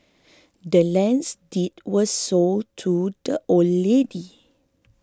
the land's deed was sold to the old lady